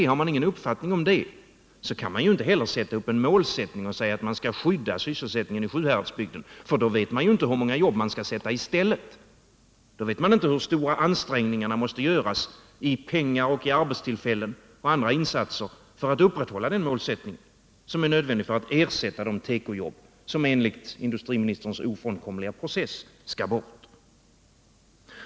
Har man ingen uppfattning om den saken kan man inte heller sätta upp ett mål och säga att man skall skydda sysselsättningen i Sjuhäradsbygden. Man vet ju inte hur många jobb man skall sätta i stället. Då vet man inte hur stora ansträngningar som måste göras i pengar och arbetstillfällen på andra insatser för att upprätthålla den målsättning som är nödvändig för att ersätta de tekojobb som enligt industriministerns ofrånkomliga process skall bort.